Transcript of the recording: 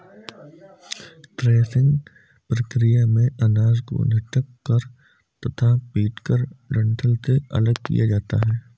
threshing प्रक्रिया में अनाज को झटक कर तथा पीटकर डंठल से अलग किया जाता है